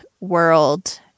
world